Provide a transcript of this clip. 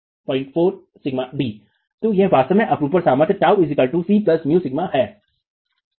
तो यह वास्तव में अपरूपण सामर्थ्य τ c μσ है